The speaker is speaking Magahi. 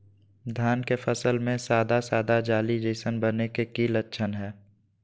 धान के फसल में सादा सादा जाली जईसन बने के कि लक्षण हय?